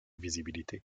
visibilité